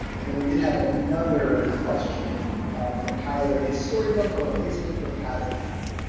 and and we did have another question from tyler. is storybook a replacement for pattern lab?